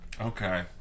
Okay